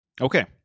Okay